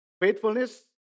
faithfulness